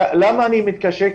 למה אני מתקשה?